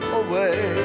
away